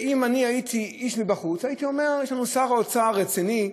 אם הייתי איש מבחוץ הייתי אומר: יש לנו שר אוצר רציני,